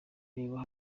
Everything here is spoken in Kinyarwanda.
reba